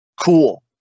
Cool